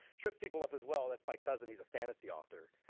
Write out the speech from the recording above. trips people up as well. that's my cousin. he's a fantasy author.